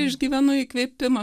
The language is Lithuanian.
išgyvenu įkvėpimą